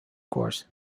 course